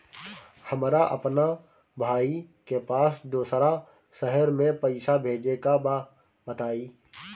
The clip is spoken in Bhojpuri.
हमरा अपना भाई के पास दोसरा शहर में पइसा भेजे के बा बताई?